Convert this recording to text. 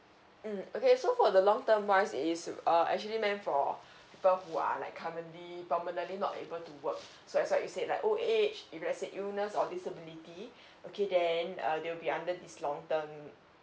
mm okay so for the long term wise is uh actually meant for people who are like currently permanently not able to work so as what you said like old age if let's say illness or disability okay then uh they'll be under this long term